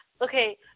Okay